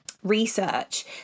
Research